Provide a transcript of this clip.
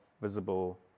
visible